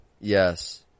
Yes